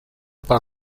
para